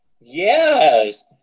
Yes